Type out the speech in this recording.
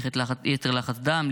יתר לחץ דם,